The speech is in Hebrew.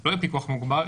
אתה לא בפיקוח מוגבר,